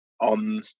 on